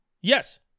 Yes